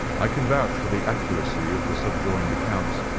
i can vouch for the accuracy of the subjoined account,